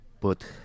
put